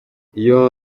iyo